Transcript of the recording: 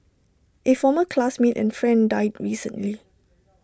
A former classmate and friend died recently